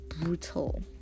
brutal